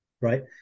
Right